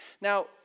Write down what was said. Now